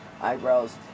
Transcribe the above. eyebrows